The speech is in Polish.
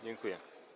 Dziękuję.